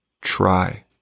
try